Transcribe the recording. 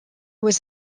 was